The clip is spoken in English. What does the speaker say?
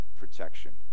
protection